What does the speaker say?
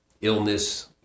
illness